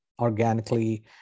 organically